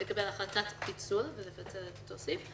לקבל החלטת פיצול ולבטל את אותו סעיף.